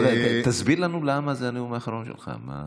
תסביר לנו למה זה הנאום האחרון שלך.